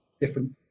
different